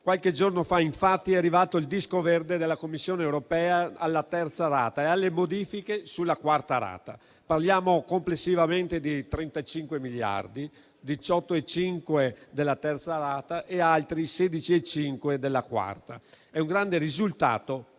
Qualche giorno fa è arrivato il disco verde della Commissione europea alla terza rata e alle modifiche sulla quarta rata. Parliamo complessivamente di 35 miliardi: 18,5 della terza rata e altri 16,5 della quarta. È un grande risultato